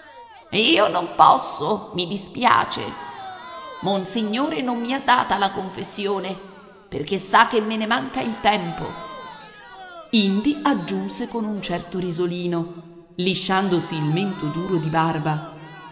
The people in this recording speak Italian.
io non posso mi dispiace monsignore non mi ha data la confessione perché sa che me ne manca il tempo indi aggiunse con un certo risolino lisciandosi il mento duro di barba